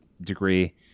degree